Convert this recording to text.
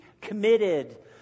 committed